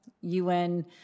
UN